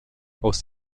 aus